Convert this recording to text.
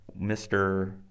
Mr